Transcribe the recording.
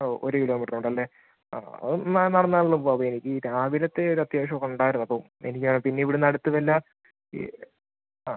ഓ ഒരു കിലോ മീറ്ററുണ്ടല്ലേ ആ അതെന്നാ നടന്നാണേലും പോവാൻ എനിക്കീ രാവിലത്തെ ഒരത്യാവശ്യം ഉണ്ടായിരുന്നപ്പോൾ എനിക്ക് പിന്നെ ഇവിടുന്നടുത്ത് വല്ല ഈ ആ